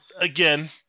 again